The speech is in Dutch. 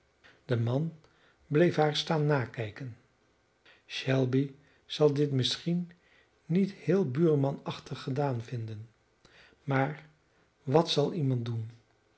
de man bleef haar staan nakijken shelby zal dit misschien niet heel buurmanachtig gedaan vinden maar wat zal iemand doen